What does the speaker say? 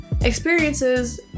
experiences